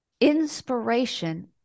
inspiration